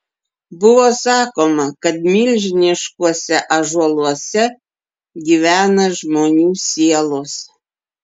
buvo sakoma kad milžiniškuose ąžuoluose gyvena žmonių sielos